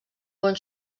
bon